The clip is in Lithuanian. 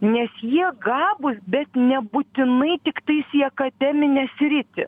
nes jie gabūs bet nebūtinai tiktais į akademinę sritį